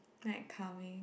like calming